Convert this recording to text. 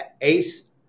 Ace